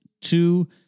two